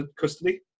custody